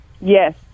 yes